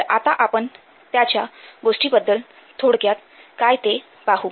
तर आता आपण त्याच्या गोष्टींबद्दल थोडक्यात काय ते पाहू